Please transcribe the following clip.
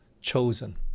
chosen